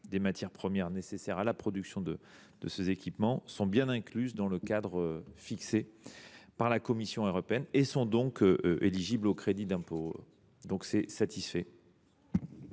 des matières premières nécessaires à la production de ces équipements sont bien incluses dans le cadre fixé par la Commission européenne, donc éligibles au crédit d’impôt. Monsieur Rambaud,